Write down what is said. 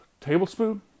Tablespoon